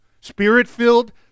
Spirit-filled